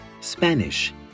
Spanish